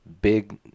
big